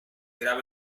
graba